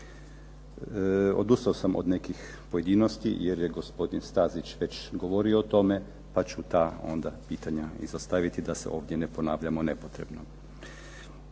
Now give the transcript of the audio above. Odustao sam od nekih pojedinosti, jer je gospodin Stazić već govorio o tome, pa ću ta pitanja ovdje izostaviti da se ovdje ne ponavljamo nepotrebno.